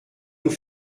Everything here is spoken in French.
nous